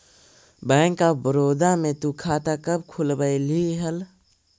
bank of Baroda में तु खाता कब खुलवैल्ही हल